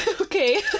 Okay